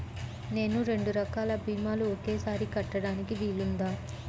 నేను రెండు రకాల భీమాలు ఒకేసారి కట్టడానికి వీలుందా?